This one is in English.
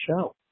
show